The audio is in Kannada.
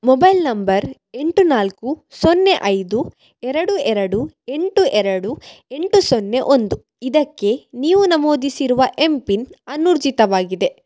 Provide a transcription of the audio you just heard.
ಮೊಬೈಲ್ ನಂಬರ್ ಎಂಟು ನಾಲ್ಕು ಸೊನ್ನೆ ಐದು ಎರಡು ಎರಡು ಎಂಟು ಎರಡು ಎಂಟು ಸೊನ್ನೆ ಒಂದು ಇದಕ್ಕೆ ನೀವು ನಮೂದಿಸಿರುವ ಎಂಪಿನ್ ಅನೂರ್ಜಿತವಾಗಿದೆ